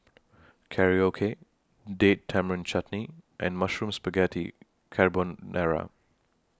Korokke Date Tamarind Chutney and Mushroom Spaghetti Carbonara